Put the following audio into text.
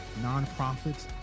nonprofits